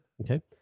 Okay